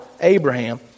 Abraham